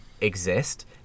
exist